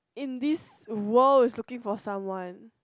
in this world is looking for someone